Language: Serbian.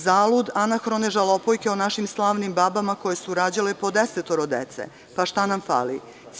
Zalud anahrone žalopojke o našim slavnim babama koje su rađale po desetoro dece – pa šta nam fali?